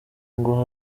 ngo